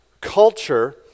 culture